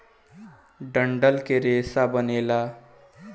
डंठल के रेसा बनेला